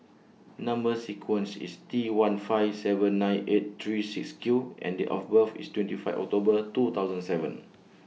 Number sequence IS T one five seven nine eight three six Q and Date of birth IS twenty five October two thousand seven